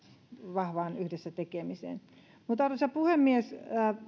vahvaan yhdessä tekemiseen mutta arvoisa puhemies